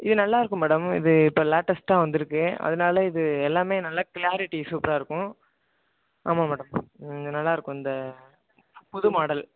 இது நல்லாருக்கும் மேடம் இது இப்போ லேட்டஸ்ட்டாக வந்துயிருக்கு அதனால இது எல்லாமே நல்லா க்லாரிட்டி சூப்பராகருக்கு ஆமாம் மேடம் நல்லாயிருக்கு இந்த புது மாடல்